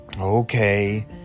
Okay